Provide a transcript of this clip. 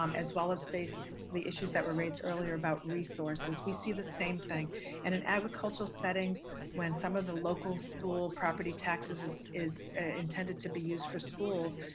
um as well as face the issues that were raised earlier about resources. we see the same thing and in agricultural settings when some of the local school property taxes is is intended to be used for schools,